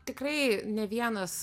tikrai ne vienas